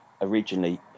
originally